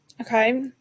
okay